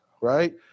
right